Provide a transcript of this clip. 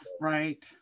right